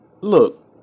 Look